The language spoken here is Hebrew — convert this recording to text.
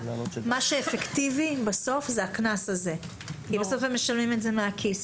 הקנס הזה הוא אפקטיבי בסוף כי הם משלמים אותו מהכיס,